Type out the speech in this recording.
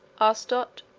asked dot.